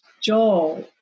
Joel